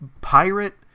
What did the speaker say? pirate